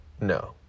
No